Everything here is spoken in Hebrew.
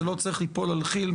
זה לא צריך ליפול על כי"ל.